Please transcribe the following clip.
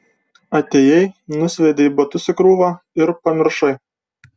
atėjai nusviedei batus į krūvą ir pamiršai